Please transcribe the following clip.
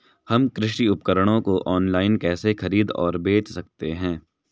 हम कृषि उपकरणों को ऑनलाइन कैसे खरीद और बेच सकते हैं?